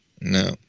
No